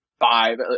five